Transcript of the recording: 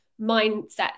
mindset